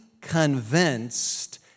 convinced